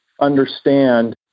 understand